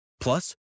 Plus